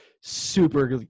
super